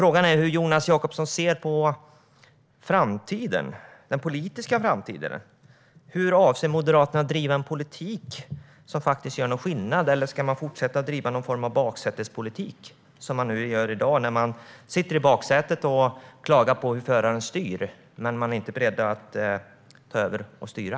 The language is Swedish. Frågan är hur Jonas Jacobsson Gjörtler ser på den politiska framtiden. Hur avser Moderaterna att driva en politik som gör skillnad? Eller ska man fortsätta att driva någon form av baksätespolitik, som man gör i dag när man sitter i baksätet och klagar på hur föraren styr men inte är beredd att ta över och styra?